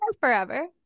forever